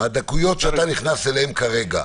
הדקויות שאתה נכנס אליהן כרגע,